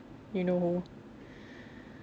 you know